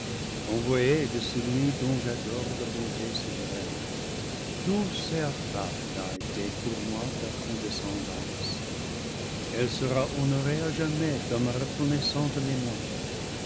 voyé de celui dont j'adore la bonté souveraine douce et af fable a été pour moi ta condescendance elle sera honorée à jamais dans ma reconnaissante mémoire